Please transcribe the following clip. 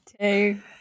two